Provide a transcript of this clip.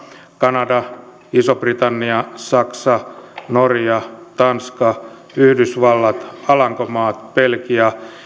kanada iso britannia saksa norja tanska yhdysvallat alankomaat belgia